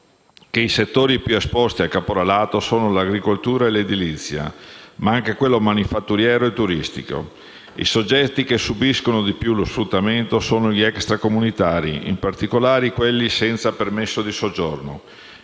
che i settori più esposti al caporalato sono l'agricoltura e l'edilizia, ma anche quello manifatturiero e turistico. I soggetti che subiscono di più lo sfruttamento sono gli extracomunitari, in particolare quelli senza permesso di soggiorno.